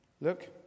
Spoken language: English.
look